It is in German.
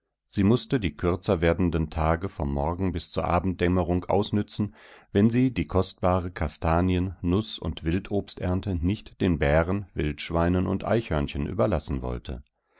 sie mußte die kürzer werdenden tage vom morgen bis zur abenddämmerung ausnützen wenn sie die kostbare kastanien nuß und wildobsternte nicht den bären wildschweinen und eichhörnchen überlassen wollte